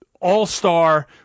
all-star